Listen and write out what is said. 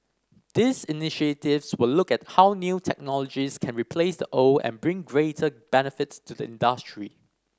these initiatives will look at how new technologies can replace the old and bring greater benefits to the industry